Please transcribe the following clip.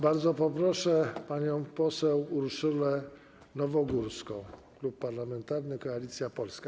Bardzo proszę panią poseł Urszulę Nowogórską, Klub Parlamentarny Koalicja Polska.